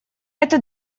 это